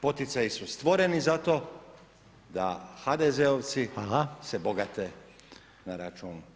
Poticaji su stvoreni za to da HDZ-ovci se bogate na račun